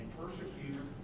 persecutor